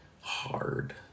hard